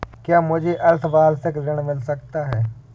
क्या मुझे अर्धवार्षिक ऋण मिल सकता है?